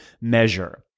measure